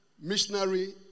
missionary